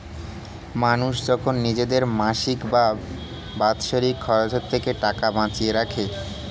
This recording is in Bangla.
মানুষ যখন নিজের মাসিক বা বাৎসরিক খরচের থেকে টাকা বাঁচিয়ে রাখে